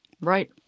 right